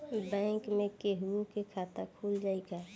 Bank में केहूओ के खाता खुल जाई का?